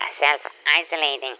self-isolating